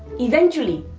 eventually,